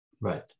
Right